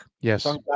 yes